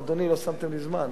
אדוני, לא שמת לי זמן.